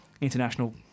international